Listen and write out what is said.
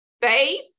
Faith